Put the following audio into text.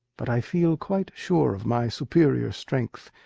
but i feel quite sure of my superior strength.